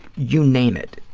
you name it.